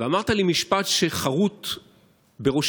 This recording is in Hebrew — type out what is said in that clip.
ואמרת לי משפט שחרות בראשי,